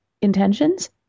intentions